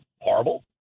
horrible